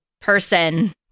person